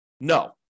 No